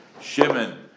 Shimon